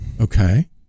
Okay